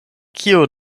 kio